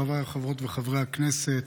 חבריי חברות וחברי הכנסת,